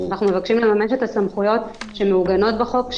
אנו מבקשים לממש את הסמכויות שמעוגנות בחוק,